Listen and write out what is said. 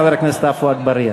חבר הכנסת עפו אגבאריה.